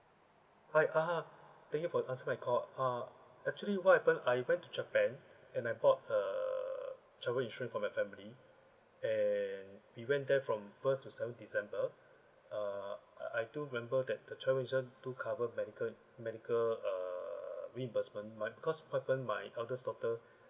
hi uh thank you for answering my call uh actually what happened I went to japan and I bought a travel insurance for my family and we went there from first to seven december uh I do remember that the travel insurance do cover medical medical uh reimbursement my because what happened my eldest daughter